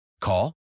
Call